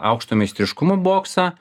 aukšto meistriškumo boksą